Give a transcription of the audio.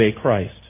Christ